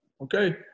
Okay